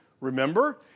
Remember